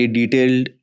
detailed